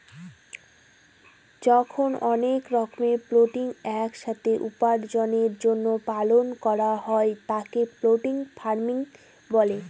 যখন অনেক রকমের পোল্ট্রি এক সাথে উপার্জনের জন্য পালন করা হয় তাকে পোল্ট্রি ফার্মিং বলে